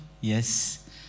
yes